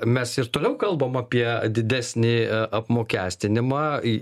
mes ir toliau kalbam apie didesnį e apmokestinimą i